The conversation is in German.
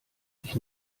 sich